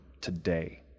today